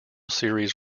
series